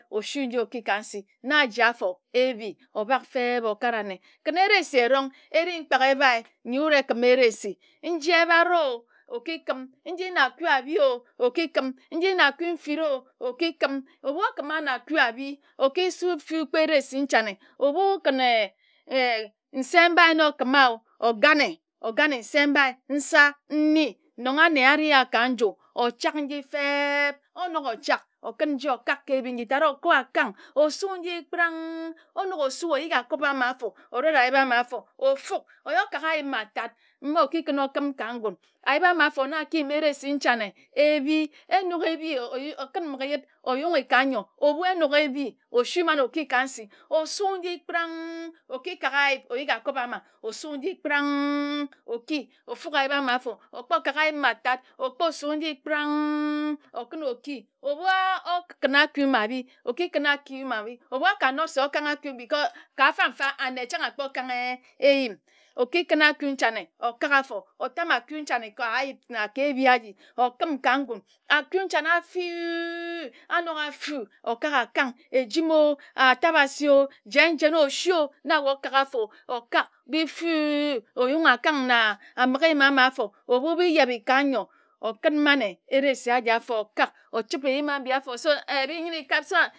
Osui nji okika nsi na aji afor enbi obak feb. okara anne kin ersi erong ere mkpak ebae nyi wud ekima eresi nji ebare okikim nji na abi ō okikim nji na aku mfin ō okikim ebu okima na aku abi okisu fukpa ersi nchane ebu kin eh eh nse mbae na okim ō ogane ogane nse mbae nsir nni nong anne areh ka nju ochak nji feb. onok ochak okun nji okak ebi njitad okor akang osu nyi kprank. onok osu oyikieakob ama afor orere ayip ama afor ofuk oyor kak ayip matad ma okikun okim ka ngun ayip ama afor na akiyim eresi nchane ebi enok ebi okun mbiki yid oyunghe ka nyor ebu enok ebi osui man okika nsi osu nji kprank. okikak ayip oyiki akob ama osu nji kprank oki ofuk ayip amafor okpo kak ayip matad okposu nji kprank okun oki ebu okun aku ma abi okikun aku ma abi ebu oka nok se okonge aku because ka mfam mfa anne chang akpo kange eyim okikun aku nchane okak afor otame aku nchane ka ayip na ebi aji okim ka ngun aku nchane ka ayip na ke ebi aji okim ka ngum aku nchane afu anok afu okak akang ejim o ata abasi e jen jen osi o na wae okak afor a okak bi-fu oyunghi akank na abighi yim ama afor ebu bi-jebe ka nyor ekin mane eresi aji afor okak ochibe eyim mbi afor so oyibi nji-ne kak so